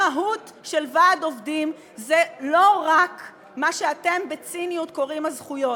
המהות של ועד עובדים זה לא רק מה שאתם בציניות קוראים "הזכויות",